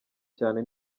cyane